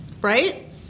right